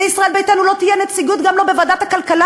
לישראל ביתנו לא תהיה נציגות גם לא בוועדת הכלכלה